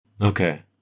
Okay